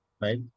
Right